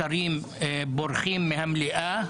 השרים בורחים מהמליאה.